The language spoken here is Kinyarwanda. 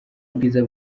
ubwiza